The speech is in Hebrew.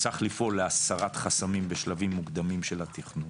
צריך לפעול להסרת חסמים בשלבים מוקדמים של התכנון.